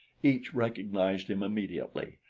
each recognized him immediately,